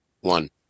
One